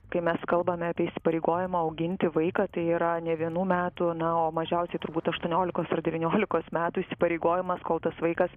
kai mes kalbame apie įsipareigojimą auginti vaiką tai yra ne vienų metų na o mažiausiai turbūt aštuoniolikos devyniolikos metų įsipareigojimas kol tas vaikas